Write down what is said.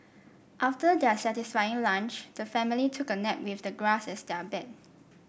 after their satisfying lunch the family took a nap with the grass as their bed